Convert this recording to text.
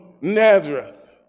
Nazareth